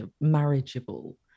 marriageable